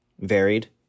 varied